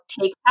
take